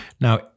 Now